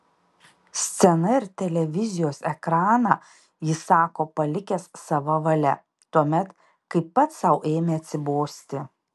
sceną ir televizijos ekraną jis sako palikęs sava valia tuomet kai pats sau ėmė atsibosti